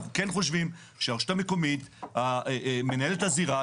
אנחנו כן חושבים שהרשות המקומית מנהלת את הזירה,